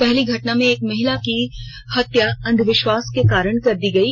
पहली घटना में एक महिला की हत्या अंधविश्वास के कारण कर दी गयी